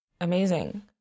Amazing